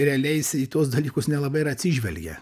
realiai jis į tuos dalykus nelabai ir atsižvelgia